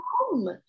home